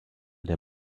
der